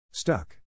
Stuck